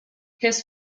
his